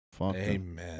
Amen